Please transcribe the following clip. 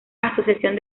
asociación